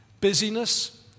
Busyness